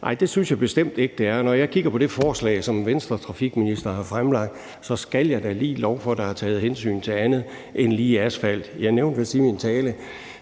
nej, det synes jeg bestemt ikke det er. Når jeg kigger på det forslag, som Venstres trafikminister har fremlagt, skal jeg da lige love for, at der er taget hensyn til andet end lige asfalt. Jeg nævnte vist i min tale,